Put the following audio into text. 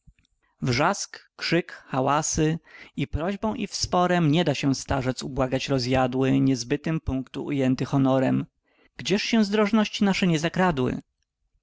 wrzask krzyk hałasy ni prośbą ni sporem nie da się starzec ubłagać rozjadły zajęty cały zakonnym honorem gdzież się zdrożności nasze nie zakradły